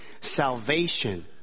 Salvation